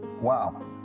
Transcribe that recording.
Wow